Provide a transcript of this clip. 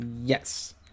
Yes